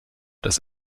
das